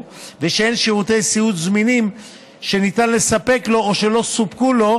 ושאין שירותי סיעוד זמינים שניתן לספק לו או שלא סופקו לו